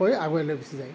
কৈ আগুৱাই লৈ গুচি যায়